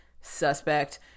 Suspect